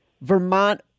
Vermont